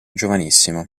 giovanissimo